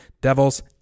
Devils